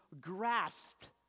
grasped